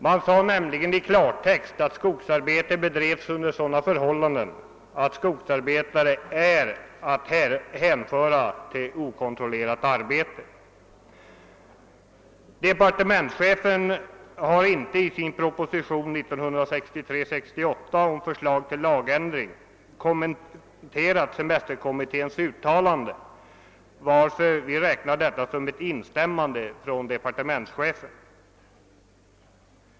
Man sade nämligen i klartext att skogsarbete bedrevs under sådana förhållanden att skogsarbete är att hänföra till okontrollerat arbete. Departementschefen har inte i sin proposition nr 68 år 1963 om förslag till lagändring kommenterat semesterkommitténs uttalande, varför vi räknar detta som ett instämmande från departementschefen.